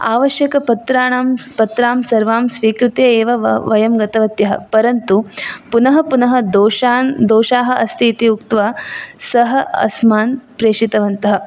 आवश्यकपत्राणां पत्रां सर्वां स्वीकृते एव वयं गतवत्यः परन्तु पुनः पुनः दोषान् दोषाः अस्ति इति उक्त्वा सः अस्मान् प्रेषितवन्तः